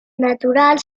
natural